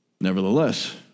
Nevertheless